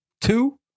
two